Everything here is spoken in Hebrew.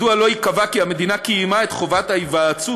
מדוע לא ייקבע כי המדינה קיימה את חובת ההיוועצות